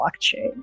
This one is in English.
Blockchain